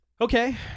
Okay